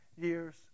years